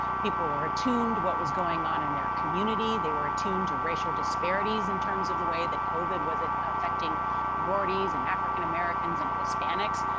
people were attuned to what was going on in their community. they were attuned to racial disparities in terms of the way that covid was ah affecting minorities and african-americans and hispanics,